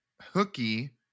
hooky